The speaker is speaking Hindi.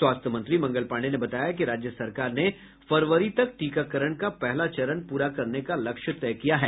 स्वास्थ्य मंत्री मंगल पांडे ने बताया कि राज्य सरकार ने फरवरी तक टीकाकरण का पहला चरण पूरा करने का लक्ष्य तय किया है